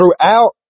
throughout